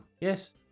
Yes